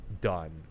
done